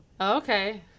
okay